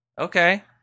Okay